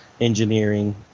Engineering